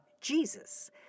Jesus